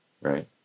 right